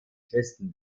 christen